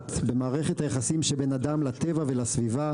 מכרעת במערכת היחסים שבין אדם לטבע ולסביבה,